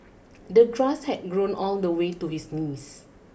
the grass had grown all the way to his knees